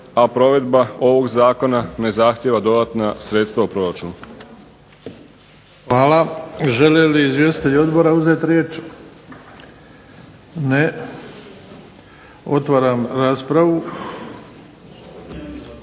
a provedba ovog zakona ne zahtijeva dodatna sredstva u proračunu. **Bebić, Luka (HDZ)** Hvala. Žele li izvjestitelji odbora uzeti riječ? Ne. Otvaram raspravu.